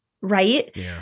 right